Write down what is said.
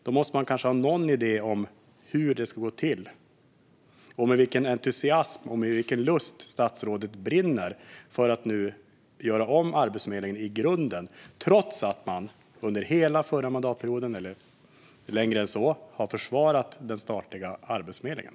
Då måste man kanske ha någon idé om hur det ska gå till. Med vilken lust och entusiasm brinner statsrådet för att nu göra om Arbetsförmedlingen i grunden, trots att man under hela den förra mandatperioden och längre än så har försvarat den statliga Arbetsförmedlingen?